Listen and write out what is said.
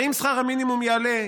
הרי אם שכר המינימום יעלה,